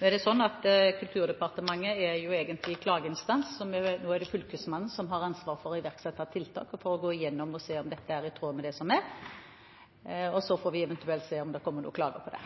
Nå er det sånn at Kulturdepartementet egentlig er klageinstans. Nå er det Fylkesmannen som har ansvar for å iverksette tiltak og for å gå igjennom det og se om dette er i tråd med det som gjelder – og så får vi eventuelt se om det kommer noen klage på det.